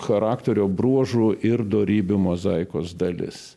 charakterio bruožų ir dorybių mozaikos dalis